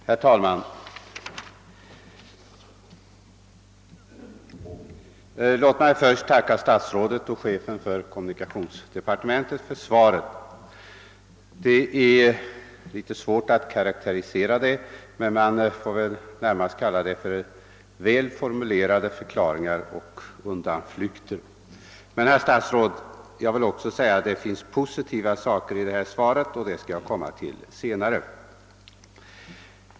Herr talman! Låt mig först få tacka statsrådet och chefen för kommunikationsdepartementet för svaret. Det är litet svårt att karakterisera det, men man får kanske närmast kalla det för väl formulerade förklaringar och undanflykter. Men, herr statsråd, jag vill också säga att det finns positiva saker i svaret och dem skall jag återkomma till senare.